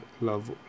love